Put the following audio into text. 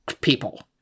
people